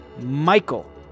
Michael